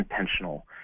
intentional